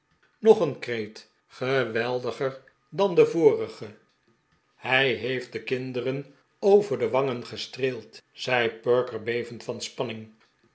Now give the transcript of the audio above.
nog t en kreet geweldiger dan de vorige pickwick club hij heeft de kinderen over de wangen gestreeld zei perker bevend van spanning